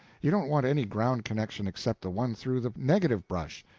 you don't want any ground-connection except the one through the negative brush.